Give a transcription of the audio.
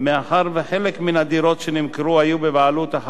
התחייבה המדינה לפצות את